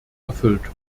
erfüllt